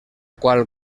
qual